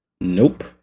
Nope